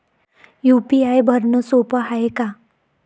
UPI भरनं सोप हाय का?